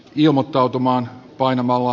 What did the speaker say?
ilmottautumaan painamalla